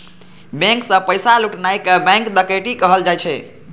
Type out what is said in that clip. bank सं पैसा लुटनाय कें बैंक डकैती कहल जाइ छै